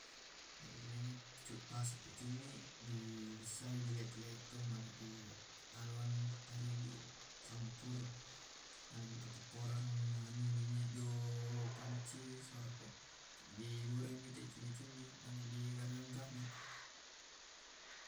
Dipamanrasa apakagi dipasiola bobbo.